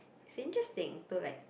it's interesting to like